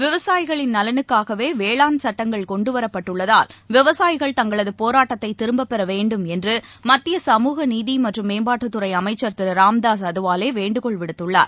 விவசாயிகளின் நலனுக்காகவேவேளாண் சட்டங்கள் கொண்டுவரப்பட்டுள்ளதால் விவசாயிகள் தங்களதுபோராட்டத்தைதிரும்பபெறவேண்டும் என்றுமத்திய சகமூக நீதிமற்றும் மேம்பாட்டுத்துறைஅமைச்சா் திருராம்தாஸ் அதவாலேவேண்டுகோள் விடுத்துள்ளார்